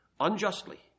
unjustly